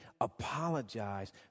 apologize